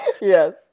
Yes